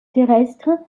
terrestre